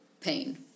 pain